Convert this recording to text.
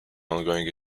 ongoing